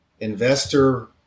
investor